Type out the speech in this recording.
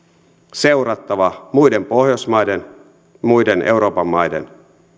seurattava muiden pohjoismaiden ja muiden euroopan maiden